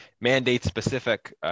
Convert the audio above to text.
mandate-specific